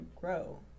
grow